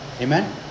Amen